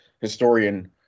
historian